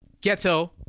Ghetto